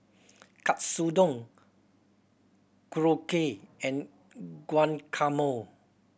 Katsudon Korokke and Guacamole